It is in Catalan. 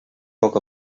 poc